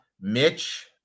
Mitch